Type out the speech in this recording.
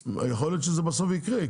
יכול להיות שבסוף זה יקרה.